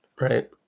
Right